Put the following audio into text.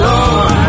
Lord